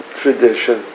tradition